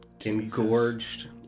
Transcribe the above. engorged